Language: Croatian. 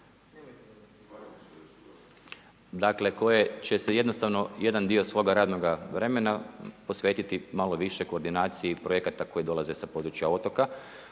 Dakle, koje će se jednostavno jedan dio svoga radnoga vremena posvetiti malo više koordinaciji projekata koje dolaze sa područja otoka